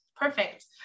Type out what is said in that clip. perfect